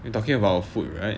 you talking about food right